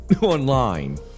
online